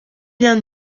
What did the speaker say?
l’un